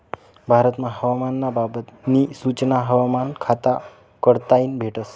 भारतमा हवामान ना बाबत नी सूचना भारतीय हवामान खाता कडताईन भेटस